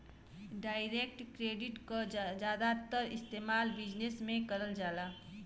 direct credit क जादातर इस्तेमाल बिजनेस में करल जाला